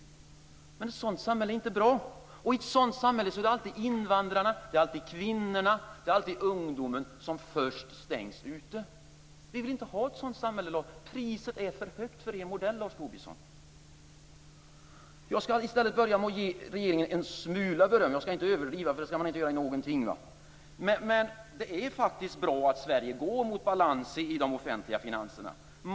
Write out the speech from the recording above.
Men ett sådant samhälle är inte bra. I ett sådant samhälle är det alltid invandrarna, kvinnorna och ungdomarna som först stängs ute. Vi vill inte ha ett sådant samhälle. Priset för er modell är för högt, Lars Tobisson. Jag skall börja med att ge regeringen en smula beröm. Jag skall inte överdriva - det skall man aldrig göra. Men det är faktiskt bra att Sverige går mot balans i de offentliga finanserna.